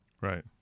Right